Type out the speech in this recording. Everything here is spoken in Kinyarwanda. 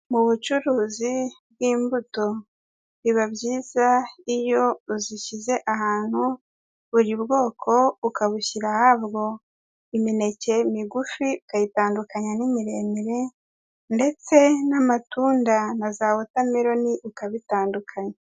Mu bucuruzi bw'imbuto, biba byiza iyo uzishyize ahantu, buri bwoko ukabushyira ahabwo, imineke migufi ukayitandukanya n'imiremire ndetse n'amatunda na za watermelon ukabitandukanya.